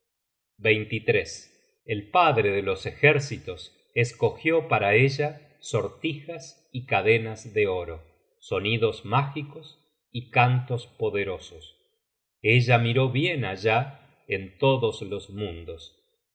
el padre de los ejércitos escogió para ella sortijas y cadenas de oro sonidos mágicos y cantos poderosos ella miró bien allá en todos los mundos